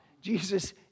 Jesus